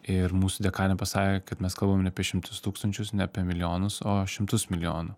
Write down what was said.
ir mūsų dekanė pasakė kad mes kalbam apie šimtus tūkstančius ne apie milijonus o šimtus milijonų